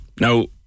Now